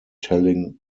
telling